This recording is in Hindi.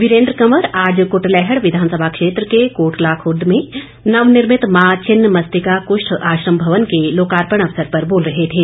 वीरेंद्र कंवर आज क्टलैहड़ विधानसभा क्षेत्र के कोटला रवुर्द में नवनिर्मित मां छिन्नमस्तिका कृष्ठ आश्रम भवन के लोकार्पण अवसर पर बोल रहे थे